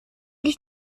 dich